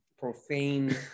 Profane